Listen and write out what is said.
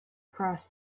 crossed